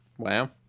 Wow